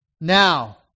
Now